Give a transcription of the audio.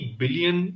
billion